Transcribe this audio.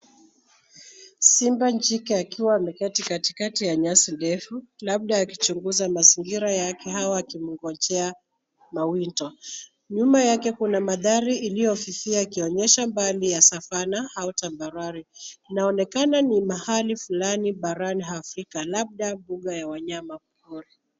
Simba jike akiwa ameketi katikati ya nyasi ndefu labda akichunguza mazigira yake au akingojea mawindo. Nyuma yake kuna mandhari iliyofifia ikionyesha ya mbali ya savana au tambarare. Inaonekana ni mahali fulani barani Afrika labda mbuga ya wanyama pori.